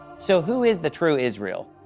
so who is the true israel?